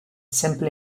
simply